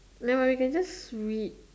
then we can just read